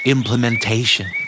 Implementation